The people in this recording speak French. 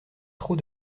trop